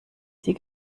sie